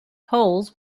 poles